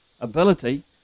ability